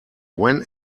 when